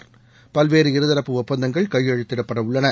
் பல்வேறு இருதரப்பு இப்பந்தங்கள் கையொழுத்திடப்படவுள்ளளன